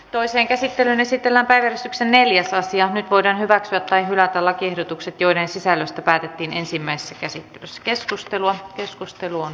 toisen käsittelyn esitellä neljäs ja nyt voidaan hyväksyä tai hylätä lakiehdotukset joiden sisällöstä päätettiin ensimmäisessä käsittelyssä keskustelua keskustelu on